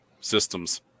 systems